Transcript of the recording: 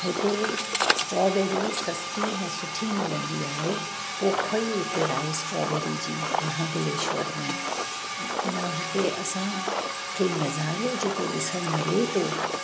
हुते स्ट्रॉबेरी सस्ती न सुठी मिलंदी आहे पोख ई उते आहे स्ट्रॉबेरी जी महाबलेश्वर में न हुते असां खे नज़ारो जेको ॾिसण मिले थो